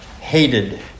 hated